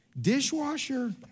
dishwasher